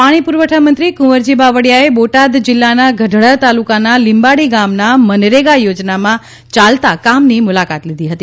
પાણી પુરવઠા મંત્રી કુંવરજી બાવળિયાએ બોટાદ જિલ્લાના ગઢડા તાલુકાના લીંબાળી ગામના મનરેગા યોજનામાં ચાલતા કામની મુલાકત લીધી હતી